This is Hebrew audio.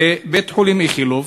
בבית-חולים איכילוב,